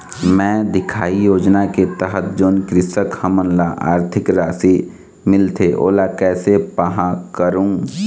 मैं दिखाही योजना के तहत जोन कृषक हमन ला आरथिक राशि मिलथे ओला कैसे पाहां करूं?